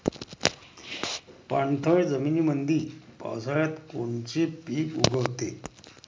पाणथळ जमीनीमंदी पावसाळ्यात कोनचे पिक उगवते?